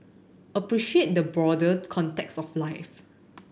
appreciate the broader context of life